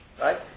Right